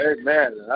amen